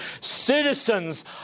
citizens